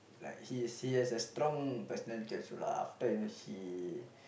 like he he has a strong personality after you know he